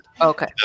Okay